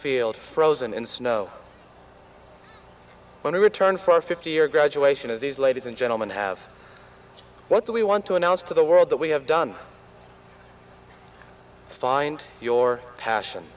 field frozen in snow when we return for our fifty year graduation as these ladies and gentlemen have what we want to announce to the world that we have done find your passion